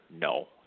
No